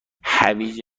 هویج